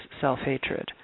self-hatred